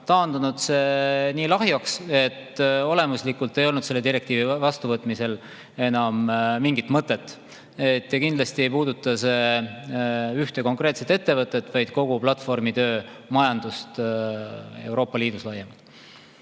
taandunud see nii lahjaks, et olemuslikult ei olnud selle direktiivi vastuvõtmisel enam mingit mõtet. Kindlasti ei puuduta see ühte konkreetset ettevõtet, vaid kogu platvormitöömajandust Euroopa Liidus laiemalt.